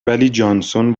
جانسون